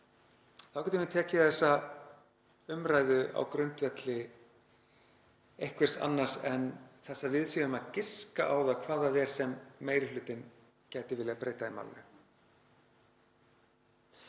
Þá getum við tekið þessa umræðu á grundvelli einhvers annars en þess að við séum að giska á það hvað það er sem meiri hlutinn gæti viljað breyta í málinu.